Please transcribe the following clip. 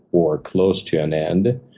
or close to an end,